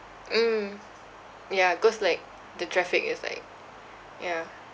mm ya cause like the traffic is like yeah